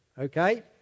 Okay